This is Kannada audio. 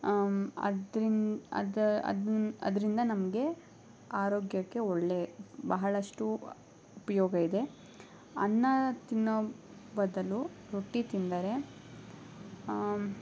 ಅದ್ರಿಂದ ಅದರಿಂದ ನಮಗೆ ಆರೋಗ್ಯಕ್ಕೆ ಒಳ್ಳೆಯ ಬಹಳಷ್ಟು ಉಪಯೋಗ ಇದೆ ಅನ್ನ ತಿನ್ನೋ ಬದಲು ರೊಟ್ಟಿ ತಿಂದರೆ